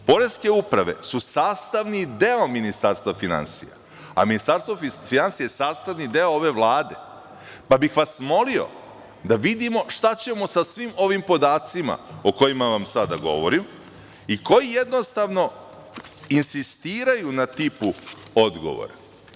Poreske uprave su sastavni deo Ministarstva finansija, a Ministarstvo finansija je sastavni deo ove Vlade, pa bih vas molio da vidimo šta ćemo sa svim ovim podacima o kojima vam sada govorim i koji jednostavno insistiraju na tipu odgovora.